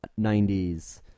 90s